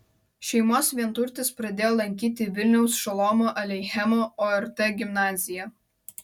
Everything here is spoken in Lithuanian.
šeimos vienturtis pradėjo lankyti vilniaus šolomo aleichemo ort gimnaziją